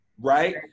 right